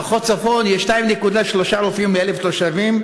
במחוז צפון יש 2.3 רופאים ל-1,000 תושבים,